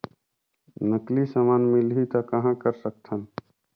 नकली समान मिलही त कहां कर सकथन?